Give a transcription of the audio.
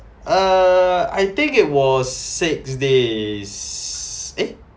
err I think it was six days eh